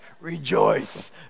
rejoice